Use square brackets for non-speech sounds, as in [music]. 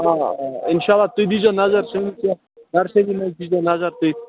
آ آ اِنشاللہ تُہی دِیٖزیو نظر [unintelligible] دِیٖزیو نظر تُہۍ